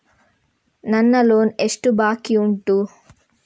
ನನ್ನ ಲೋನ್ ಎಷ್ಟು ಬಾಕಿ ಉಂಟು?